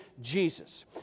Jesus